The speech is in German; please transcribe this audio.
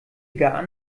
gar